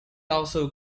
also